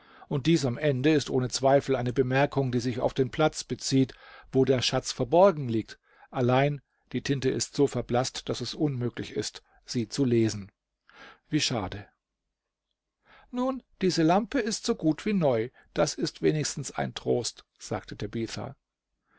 und dies am ende ist ohne zweifel eine bemerkung die sich auf den platz bezieht wo der schatz verborgen liegt allein die tinte ist so verblaßt daß es unmöglich ist sie zu lesen wie schade nun diese lampe ist so gut wie neu das ist wenigstens ein trost sagte tabitha